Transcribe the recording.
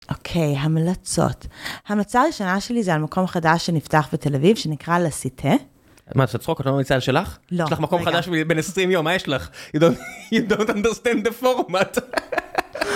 אוקיי המלצות. המלצה ראשונה שלי זה על מקום חדש שנפתח בתל אביב שנקרא "לסיטה". מה את עושה צחוק? את לא ממליצה שלך? לא. יש לך מקום חדש בין 20 יום, מה יש לך? את לא מבינה את הפורמט.